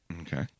Okay